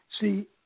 See